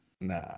Nah